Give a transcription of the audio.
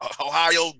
Ohio